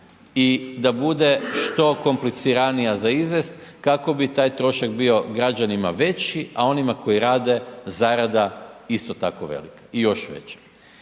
i da bude što kompliciranija za izvest kako bi taj trošak bio građanima veći, a onima koji rade zarada isto tako velika i još veća.